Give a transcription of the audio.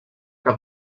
que